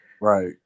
Right